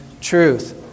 truth